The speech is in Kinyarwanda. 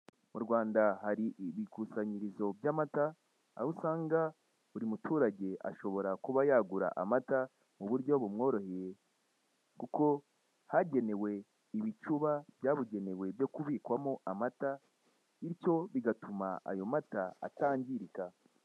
Mu Rwanda hari ibikusanyirizo by'amata aho usanga buri muturage ashobora kuba yagura amata mu buryo bumworoheye kuko hagenewe ibicuba byabugenewe byo kubikwamo amata bityo bigatuma ayo mata atangirika.